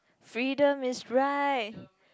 freedom is right